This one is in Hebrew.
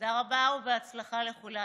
תודה רבה ובהצלחה לכולנו.